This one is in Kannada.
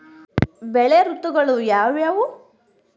ಬೆಳೆ ಋತುಗಳು ಯಾವ್ಯಾವು?